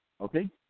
Okay